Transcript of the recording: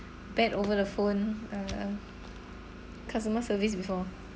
bad over the phone uh customer service before